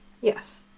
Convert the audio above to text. Yes